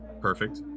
Perfect